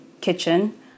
kitchen